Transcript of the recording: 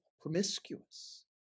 promiscuous